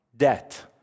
debt